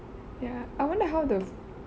ya I wonder how the